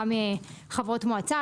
גם חברות מועצה,